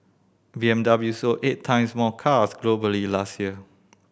B M W sold eight times more cars globally last year